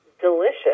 delicious